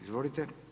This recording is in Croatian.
Izvolite.